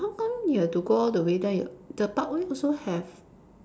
but how come you have to go all the way there you the parkway also have